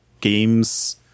games